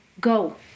Go